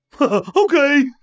Okay